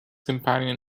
companion